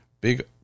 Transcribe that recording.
big